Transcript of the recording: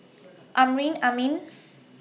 Amrin Amin